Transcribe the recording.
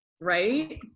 right